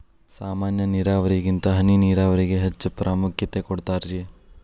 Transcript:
ಸಾಮಾನ್ಯ ನೇರಾವರಿಗಿಂತ ಹನಿ ನೇರಾವರಿಗೆ ಹೆಚ್ಚ ಪ್ರಾಮುಖ್ಯತೆ ಕೊಡ್ತಾರಿ